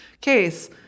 case